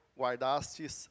guardastes